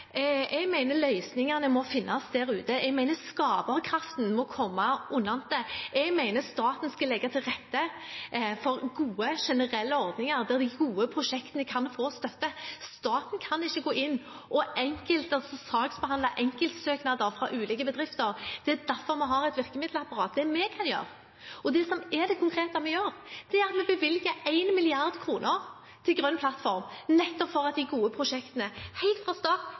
løsningene må finnes der ute. Jeg mener skaperkraften må komme nedenfra. Jeg mener staten skal legge til rette for gode generelle ordninger, der de gode prosjektene kan få støtte. Staten kan ikke gå inn og saksbehandle enkeltsøknader fra ulike bedrifter. Det er derfor vi har et virkemiddelapparat. Det vi kan gjøre, og det som er det konkrete vi gjør, er at vi bevilger 1 mrd. kr til Grønn plattform, nettopp for at de gode prosjektene, helt fra start